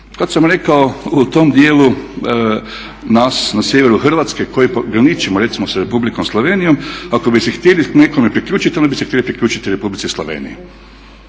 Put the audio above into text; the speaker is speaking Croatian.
Kad sam rekao u tom dijelu nas na sjeveru Hrvatske koji graničimo recimo s Republikom Slovenijom ako bi se htjeli nekome priključiti onda bi se htjeli priključiti Republici Sloveniji